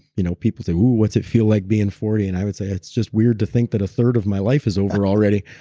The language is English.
you know people say, oh what's it feel like being forty? and i would say, it's just weird to think that a third of my life is over already.